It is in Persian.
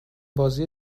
بازی